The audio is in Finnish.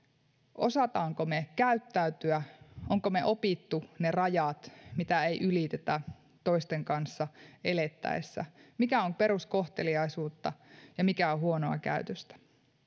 osaammeko me käyttäytyä olemmeko me oppineet ne rajat mitä ei ylitetä toisten kanssa elettäessä mikä on peruskohteliaisuutta ja mikä on huonoa käytöstä